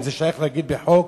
אם זה שייך להגיד בחוק,